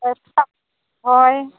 ᱮᱠᱥᱚ ᱦᱳᱭ